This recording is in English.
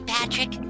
Patrick